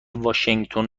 واشینگتن